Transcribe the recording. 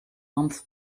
months